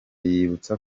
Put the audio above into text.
yibutsa